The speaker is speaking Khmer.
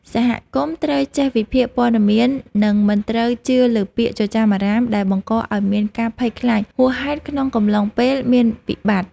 សហគមន៍ត្រូវចេះវិភាគព័ត៌មាន និងមិនត្រូវជឿលើពាក្យចចាមអារ៉ាមដែលបង្កឱ្យមានការភ័យខ្លាចហួសហេតុក្នុងកំឡុងពេលមានវិបត្តិ។